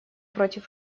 против